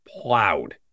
plowed